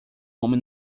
homem